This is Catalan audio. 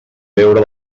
deure